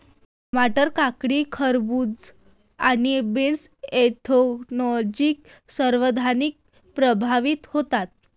टमाटर, काकडी, खरबूज आणि बीन्स ऍन्थ्रॅकनोजने सर्वाधिक प्रभावित होतात